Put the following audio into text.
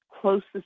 closest